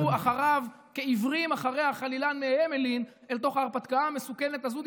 שהלכו אחריו כעיוורים אחרי החלילן מהמלין אל תוך ההרפתקה המסוכנת הזו.